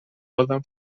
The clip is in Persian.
بازم